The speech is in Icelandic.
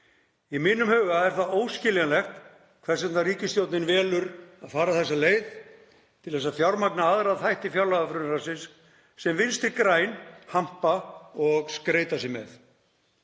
Í mínum huga er það óskiljanlegt hvers vegna ríkisstjórnin velur að fara þessa leið til að fjármagna aðra þætti fjárlagafrumvarpsins sem Vinstri græn hampa og skreyta sig með.